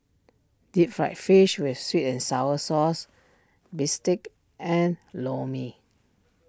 Deep Fried Fish with Sweet and Sour Sauce Bistake and Lor Mee